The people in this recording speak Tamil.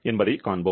என்பதை காண்போம்